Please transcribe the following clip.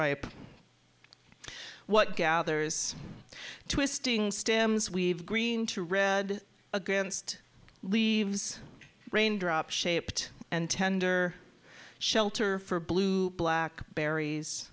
ripe what gathers twisting stems weave green to red against leaves raindrop shaped and tender shelter for blue black berries